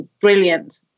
brilliant